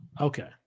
Okay